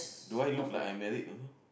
do I look like I married also